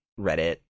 Reddit